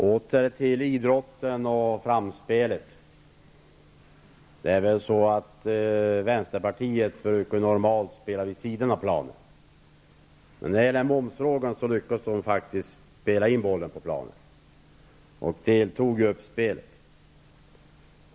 Fru talman! Jag vill återkomma till idrotten och framspelet. Vänsterpartiet brukar normalt spela vid sidan av planen. Men när det gäller momsfrågan lyckades vänsterpartiet faktiskt spela in bollen på planen och deltog i uppspelet.